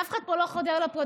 אף אחד פה לא חודר לפרטיות,